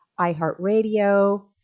iheartradio